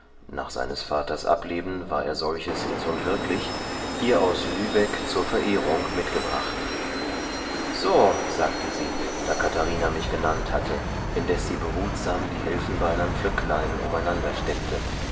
baron nach seines vaters ableben war er solches itzund wirklich ihr aus lübeck zur verehrung mitgebracht so sagte sie da katharina mich genannt hatte indeß sie behutsam die helfenbeinern pflöcklein um einander steckte